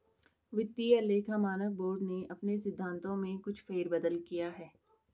वित्तीय लेखा मानक बोर्ड ने अपने सिद्धांतों में कुछ फेर बदल किया है